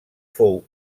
fou